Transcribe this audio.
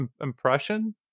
impression